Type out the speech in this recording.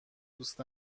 دوست